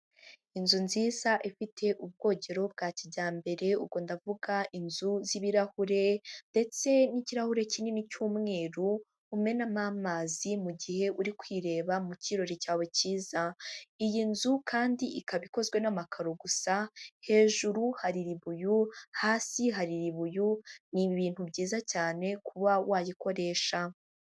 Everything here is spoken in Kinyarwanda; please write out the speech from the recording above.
Inzu nziza ifite ubwogero bwa kijyambere, ubwo ndavuga inzu z'ibirahure ndetse n'ikirahure kinini cy'umweru, umenamo amazi mu gihe uri kwireba mu kirori cyawe cyiza. Iyi nzu kandi ikaba ikozwe n'amakaro gusa, hejuru hari ribuyu, hasi hari ribuyu, ni ibintu byiza cyane kuba wayikoresha.